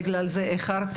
בגלל זה איחרתי